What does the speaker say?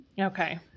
Okay